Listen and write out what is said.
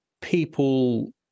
people